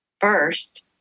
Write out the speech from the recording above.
first